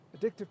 addictive